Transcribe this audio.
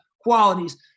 qualities